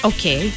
Okay